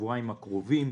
בשבועיים הקרובים.